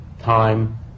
time